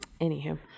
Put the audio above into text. Anywho